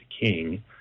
king